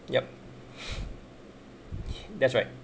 yup that's right